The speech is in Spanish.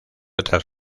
otras